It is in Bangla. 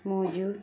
মজুদ